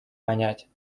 понять